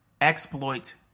exploit